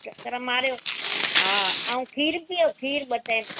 चकर मारियो हा ऐं खीरु पीओ खीरु ॿ टाइम